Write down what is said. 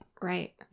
Right